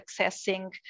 accessing